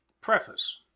Preface